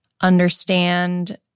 Understand